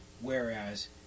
whereas